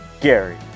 Gary